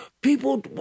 people